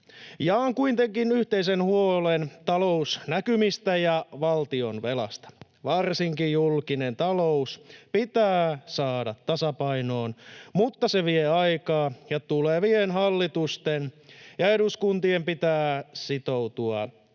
Jaan kuitenkin yhteisen huolen talousnäkymistä ja valtionvelasta. Varsinkin julkinen talous pitää saada tasapainoon, mutta se vie aikaa, ja tulevien hallitusten ja eduskuntien pitää sitoutua tähän